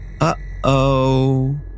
uh-oh